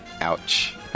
Ouch